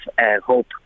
hope